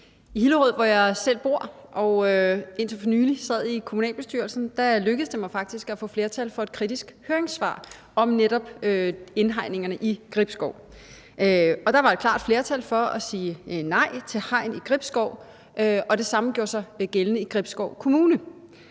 I Hillerød, hvor jeg selv bor og indtil for nylig sad i kommunalbestyrelsen, lykkedes det mig faktisk at få flertal for et kritisk høringssvar om netop indhegningerne i Gribskov, og der var et klart flertal for at sige nej til hegn i Gribskov, og det samme gjorde sig gældende i Gribskov Kommune.